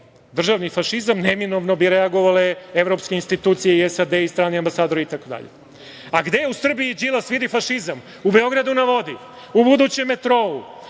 državni fašizam neminovno bi reagovale evropske institucije i SAD i strani ambasadori itd. Gde u Srbiji Đilas vidi fašizam? U „Beogradu na vodi“, u budućem metrou,